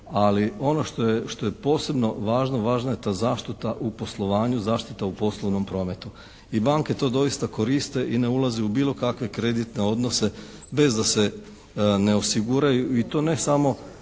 ali ono što je posebno važno, važna je ta zaštita u poslovanju, zaštita u poslovnom prometu. I banke to doista koriste i ne ulaze u bilo kakve kreditne odnose bez da se ne osiguraju i to ne samo